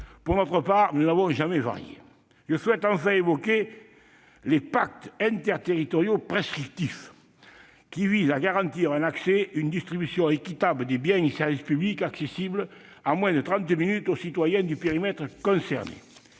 Pour notre part, nous n'avons jamais varié. Je souhaite enfin évoquer les « pactes interterritoriaux prescriptifs », qui visent à garantir « un accès et une distribution équitable des biens et services publics accessibles en moins de trente minutes aux citoyens du périmètre concerné